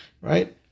Right